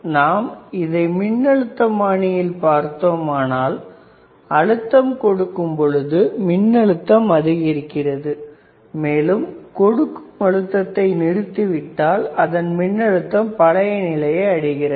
நாம் இதை யில் பார்த்தோமானால் அழுத்தம் கொடுக்கும் பொழுது மின்னழுத்தம் அதிகரிக்கிறது மேலும் கொடுக்கும் அழுத்தத்தை நிறுத்தி விட்டால் அதன் மின்னழுத்தம் பழைய நிலையை அடைகிறது